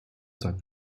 seine